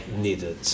needed